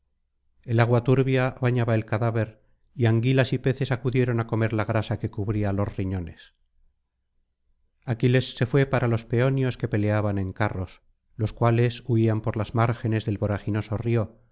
el agua turbia bañaba el cadáver y anguilas y peces acudieron á comer la grasa que cubría los ríñones aquiles se fué para los peonios que peleaban en carros los cuales huían por las márgenes del voraginoso río